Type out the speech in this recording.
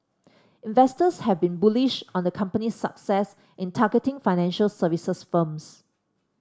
investors have been bullish on the company's success in targeting financial services firms